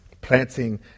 Planting